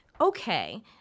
okay—